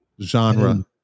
genre